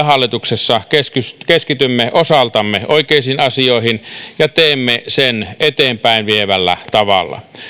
hallituksessa keskitymme keskitymme osaltamme oikeisiin asioihin ja teemme sen eteenpäinvievällä tavalla